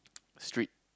street